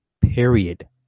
period